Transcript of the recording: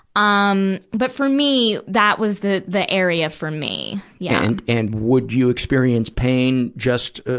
ah um but for me, that was the, the area for me. yeah. and, and, would you experience pain just, ah,